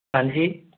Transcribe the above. हाँ जी